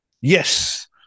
Yes